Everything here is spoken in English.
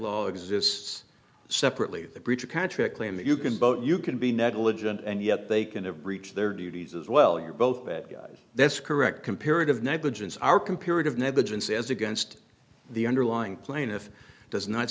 law exists separately the breach of contract claim that you can boat you can be negligent and yet they can have breached their duties as well you're both bad guys that's correct comparative negligence our comparative negligence as against the underlying plaintiff does not